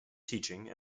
teaching